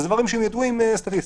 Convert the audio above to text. אלה דברים שידועים סטטיסטית.